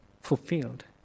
fulfilled